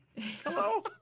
Hello